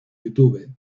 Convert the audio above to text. youtube